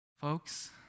Folks